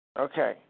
Okay